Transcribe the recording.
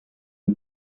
una